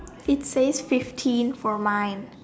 it says fifteen for mine